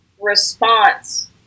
response